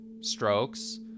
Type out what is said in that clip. strokes